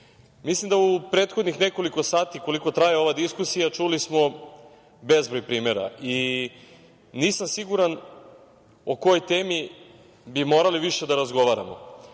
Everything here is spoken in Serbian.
smo u prethodnih nekoliko sati, koliko traje ova diskusija, čuli bezbroj primera i nisam siguran o kojoj temi bismo morali više da razgovaramo,